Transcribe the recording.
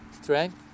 strength